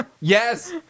yes